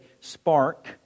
spark